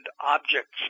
objects